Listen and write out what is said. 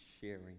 sharing